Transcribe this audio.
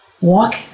Walk